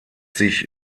sich